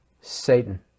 Satan